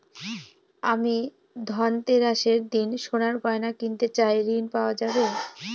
আমি ধনতেরাসের দিন সোনার গয়না কিনতে চাই ঝণ পাওয়া যাবে?